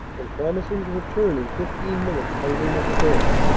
and promising to return in fifteen minutes hungry as a bear.